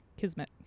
Kismet